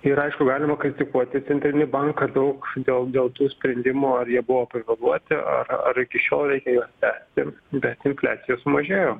ir aišku galima kritikuoti centrinį banką daug dėl dėl tų sprendimų ar jie buvo pavėluoti ar ar iki šiol reikia juos tęsti bet infliacija sumažėjo